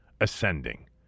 ascending